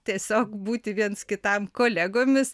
tiesiog būti viens kitam kolegomis